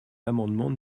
l’amendement